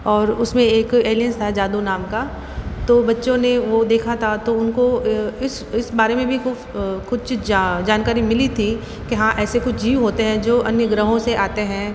और उसमें एक एलियंस था जादू नाम का तो बच्चों ने वो देखा था तो उनको इस इस बारे में भी कुछ जा जानकारी मिली थी कि हाँ ऐसे कुछ जीव होते हैं जो अन्य ग्रहों से आते हैं